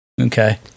Okay